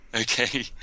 Okay